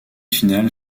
finale